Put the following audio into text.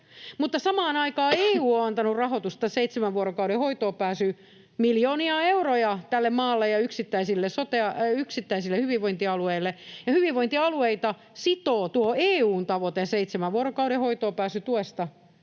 samaan aikaan EU on antanut rahoitusta seitsemän vuorokauden hoitoonpääsyyn — miljoonia euroja tälle maalle ja yksittäisille hyvinvointialueille — ja hyvinvointialueita sitoo tuo EU:n tavoite seitsemän vuorokauden hoitoonpääsytuesta.